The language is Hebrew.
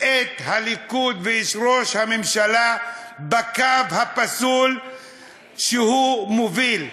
את הליכוד ואת ראש הממשלה בקו הפסול שהוא מוביל,